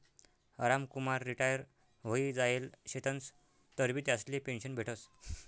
Ramkumar retire व्हयी जायेल शेतंस तरीबी त्यासले पेंशन भेटस